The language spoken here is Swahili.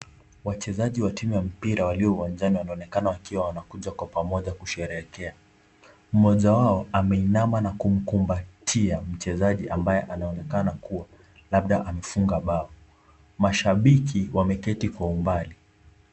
Wachezaji wa timu ya mpira walio uwanjani wanaonekana wakiwa wanakuja kwa pamoja kusherehekea. Mmoja wao ameinama na kumkumbatia mchezaji ambaye anaonekana kuwa labda amefunga bao. Mashabiki wameketi kwa umbali.